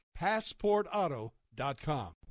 PassportAuto.com